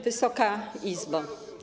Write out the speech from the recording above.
Wysoka Izbo!